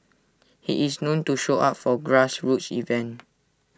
he is known to show up for grassroots event